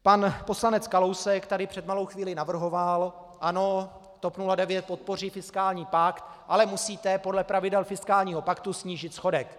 Pan poslanec Kalousek tady před malou chvílí navrhoval: Ano, TOP 09 podpoří fiskální pakt, ale musíte podle pravidel fiskálního paktu snížit schodek.